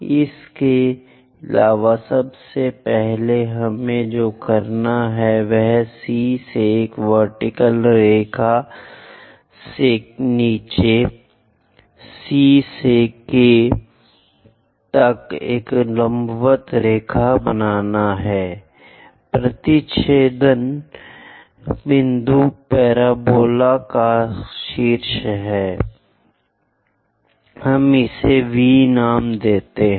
इसके अलावा सबसे पहले हमें जो करना है वह है C से एक वर्टीकल रेखा से नीचे C से K से एक लंबवत रेखा प्रतिच्छेदन बिंदु पैराबोला का शीर्ष है हम इसे V नाम देते हैं